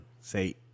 say